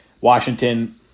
Washington